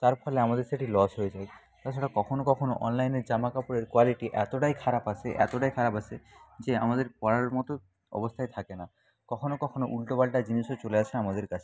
তার ফলে আমাদের সেটি লস হয়ে যায় তাছাড়া কখনও কখনও অনলাইনের জামা কাপড়ের কোয়ালিটি এতোটাই খারাপ আসে এতোটাই খারাপ আসে যে আমাদের পরার মতো অবস্থায় থাকে না কখনও কখনও উল্টো পাল্টা জিনিসও চলে আসে আমাদের কাছে